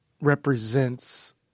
represents